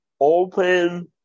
Open